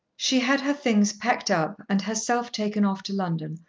she had her things packed up, and herself taken off to london,